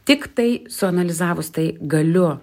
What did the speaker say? tiktai suanalizavus tai galiu